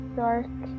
dark